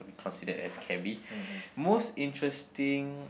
be considered as cabby most interesting